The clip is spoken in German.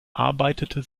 arbeitete